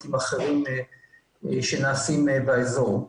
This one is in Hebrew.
מפרויקטים אחרים שנעשים באזור.